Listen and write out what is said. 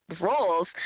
roles